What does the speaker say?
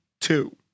Two